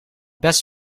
best